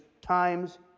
times